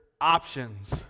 options